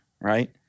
Right